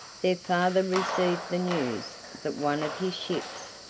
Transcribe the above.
their father received the news that one of his ships,